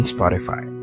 Spotify